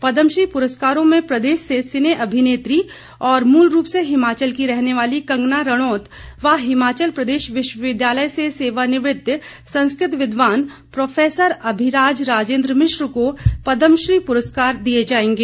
पदम्श्री पुरस्कारों में प्रदेश से सने अभिनेत्री और मूल रूप से हिमाचल की रहने वाली कंगना रणौत व हिमाचल प्रदेश विश्वविद्यालय से सेवानिवृत्त संस्कृत विद्वान प्रोफसर अभिराज राजेन्द्र मिश्र को पद्मश्री पुरस्कार दिये जायेंगे